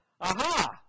Aha